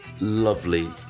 Lovely